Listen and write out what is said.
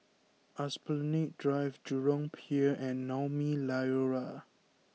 Esplanade Drive Jurong Pier and Naumi Liora